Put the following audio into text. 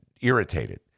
irritated